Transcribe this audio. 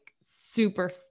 super